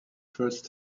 first